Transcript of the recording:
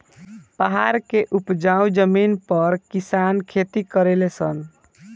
पहाड़ के उपजाऊ जमीन पर किसान खेती करले सन